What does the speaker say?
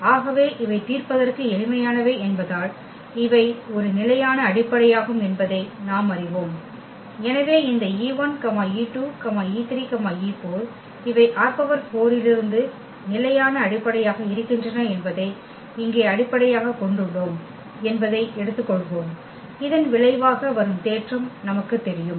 ஆகவே இவை தீர்ப்பதற்கு எளிமையானவை என்பதால் இவை ஒரு நிலையான அடிப்படையாகும் என்பதை நாம் அறிவோம் எனவே இந்த e1 e2 e3 e4 இவை ℝ4 இலிருந்து நிலையான அடிப்படையாக இருக்கின்றன என்பதை இங்கே அடிப்படையாகக் கொண்டுள்ளோம் என்பதை எடுத்துக்கொள்வோம் இதன் விளைவாக வரும் தேற்றம் நமக்குத் தெரியும்